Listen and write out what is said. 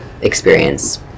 experience